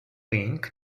wink